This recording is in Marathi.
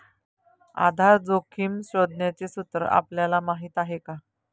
आधार जोखिम शोधण्याचे सूत्र आपल्याला माहीत आहे का?